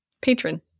patron